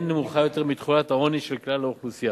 נמוכה יותר מתחולת העוני של כלל האוכלוסייה.